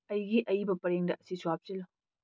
ꯑꯩꯒꯤ ꯑꯌꯤꯕ ꯄꯔꯦꯡꯗ ꯁꯤꯁꯨ ꯍꯥꯞꯆꯤꯜꯂꯨ